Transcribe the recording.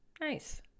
Nice